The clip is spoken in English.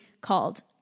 called